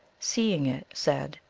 seeing it, said,